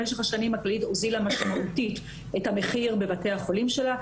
במשך השנים הכללית הוזילה משמעותית את המחיר בבתי החולים שלה.